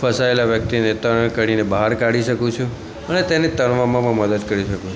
ફસાયેલા વ્યક્તિને તરણ કરીને બહાર કાઢી શકું છું અને તેને તરવામાં પણ મદદ કરી શકું છું